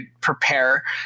prepare